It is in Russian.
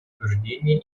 утверждения